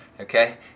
Okay